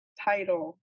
title